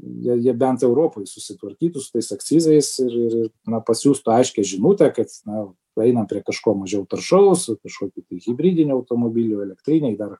jie jie bent europoj susitvarkytų su tais akcizais ir ir ir na pasiųstų aiškią žinutę kad na einam prie kažko mažiau taršaus va kažkokių tai hibridinių automobilių elektriniai dar